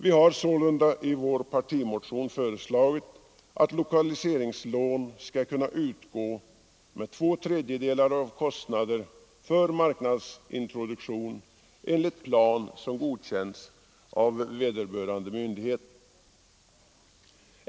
Vi har sålunda i vår partimotion föreslagit att lokaliseringslån skall kunna utgå med två tredjedelar av kostnaderna för marknadsintroduktion enligt plan som godkänts av vederbörande myndighet.